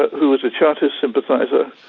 who was a chartist sympathiser,